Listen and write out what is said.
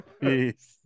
peace